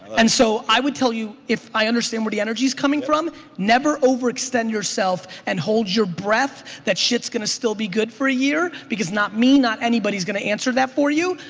and so, i would tell you if i understand where the energy's coming from never overextend yourself and hold your breath that shit's gonna still be good for a year because not me, not anybody's gonna answer that for you.